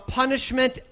punishment